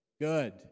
good